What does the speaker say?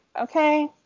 okay